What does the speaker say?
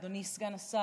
אדוני סגן השר,